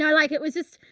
yeah like it was just,